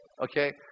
okay